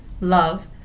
love